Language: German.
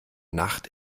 nacht